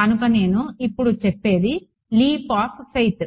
కనుక నేను ఇప్పుడు చెప్పేది లీప్ ఆఫ్ ఫెయిత్